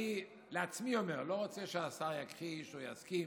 אני לעצמי אומר, אני לא רוצה שהשר יכחיש או יסכים,